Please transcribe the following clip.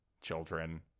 children